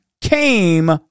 came